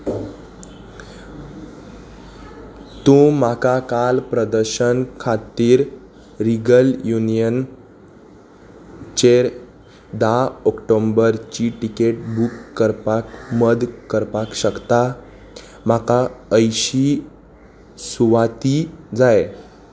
तूं म्हाका काल प्रदर्शना खातीर रिगल युनियनचेर धा ऑक्टोबराची तिकेट बूक करपाक मदत करपाक शकता म्हाका अंयशीं सुवाती जाय